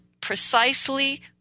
precisely